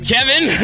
Kevin